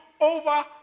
over